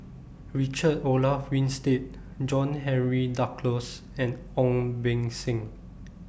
Richard Olaf Winstedt John Henry Duclos and Ong Beng Seng